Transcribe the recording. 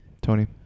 Tony